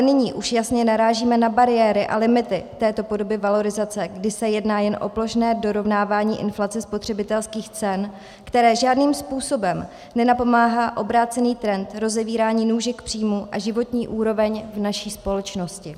Nyní ale už jasně narážíme na bariéry a limity této podoby valorizace, kdy se jedná jen o plošné dorovnávání inflace spotřebitelských cen, kterému žádným způsobem nenapomáhá obrácený trend rozevírání nůžek příjmů a životní úrovně v naší společnosti.